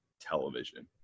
television